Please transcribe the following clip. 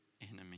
enemy